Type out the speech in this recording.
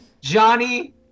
Johnny